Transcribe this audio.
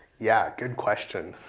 yeah, good question.